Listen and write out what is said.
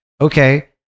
okay